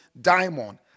diamond